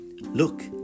Look